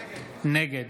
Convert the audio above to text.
נגד